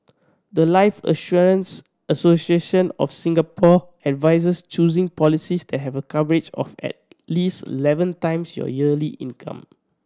the life Insurance Association of Singapore advises choosing policies that have a coverage of at least eleven times your yearly income